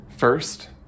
First